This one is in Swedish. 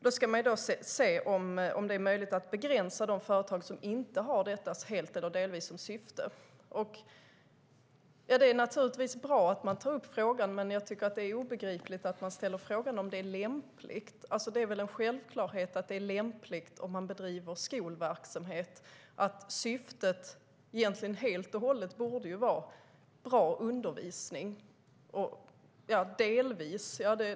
Man ska se om det är möjligt att begränsa de företag som inte har detta helt eller delvis som syfte. Det är naturligtvis bra att man tar upp frågan, men jag tycker att det är obegripligt att man ställer frågan om det är lämpligt. Det är väl en självklarhet att detta är lämpligt om någon bedriver skolverksamhet. Syftet borde egentligen helt och hållet vara bra undervisning.